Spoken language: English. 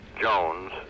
Jones